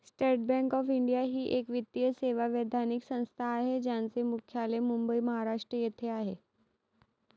state bank of India ही एक वित्तीय सेवा वैधानिक संस्था आहे ज्याचे मुख्यालय मुंबई, महाराष्ट्र येथे आहे